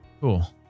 Cool